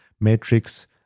matrix